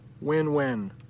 Win-win